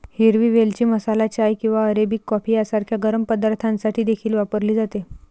हिरवी वेलची मसाला चाय किंवा अरेबिक कॉफी सारख्या गरम पदार्थांसाठी देखील वापरली जाते